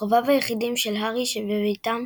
קרוביו היחידים של הארי, שבביתם